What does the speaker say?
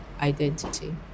identity